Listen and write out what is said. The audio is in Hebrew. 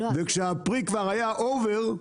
וכשהפרי כבר היה over,